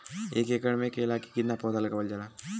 एक एकड़ में केला के कितना पौधा लगावल जाला?